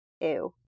Ew